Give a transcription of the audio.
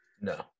no